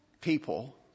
people